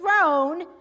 throne